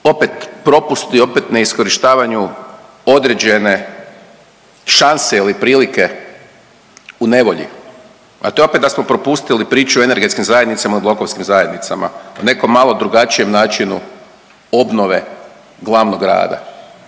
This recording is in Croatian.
opet propusti, opet neiskorištavanju određene šanse ili prilike u nevolji, a to je opet da smo propustili priču o energetskim zajednicama i blokovskim zajednicama, o nekom malo drugačijem načinu obnove glavnog grada.